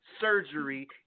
surgery